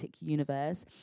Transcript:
universe